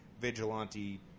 vigilante